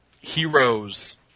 heroes